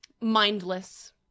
Mindless